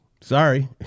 sorry